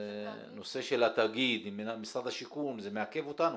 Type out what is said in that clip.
נושא של התאגיד עם משרד השיכון זה מעכב אותנו.